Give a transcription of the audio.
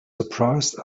surprised